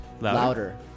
Louder